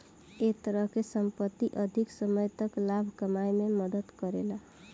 ए तरह के संपत्ति अधिक समय तक लाभ कमाए में मदद करेला